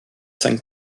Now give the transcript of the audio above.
cinq